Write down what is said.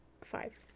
Five